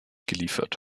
geliefert